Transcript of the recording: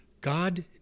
God